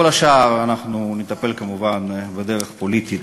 בכל השאר אנחנו נטפל כמובן בדרך פוליטית,